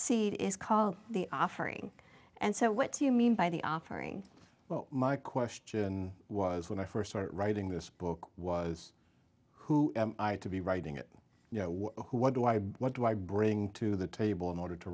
seed is called the offering and so what do you mean by the offering well my question was when i first started writing this book was who i to be writing it who what do i what do i bring to the table in order to